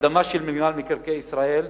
אדמה של מינהל מקרקעי ישראל ולהגיד: